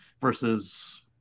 versus